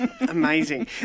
Amazing